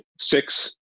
six